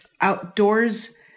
outdoors